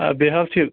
آ بیٚیہِ حظ چھِ